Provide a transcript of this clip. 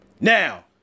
Now